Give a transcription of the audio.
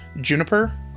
juniper